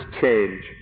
change